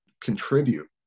contribute